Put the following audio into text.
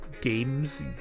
games